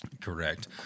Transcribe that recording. Correct